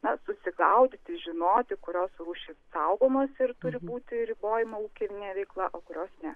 na susigaudyti žinoti kurios rūšys saugomos ir turi būti ribojama ūkinė veikla o kurios ne